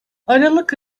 aralık